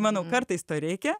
manau kartais to reikia